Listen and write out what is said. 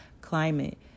climate